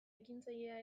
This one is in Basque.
ekintzailea